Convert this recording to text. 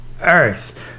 earth